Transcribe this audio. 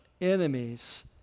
enemies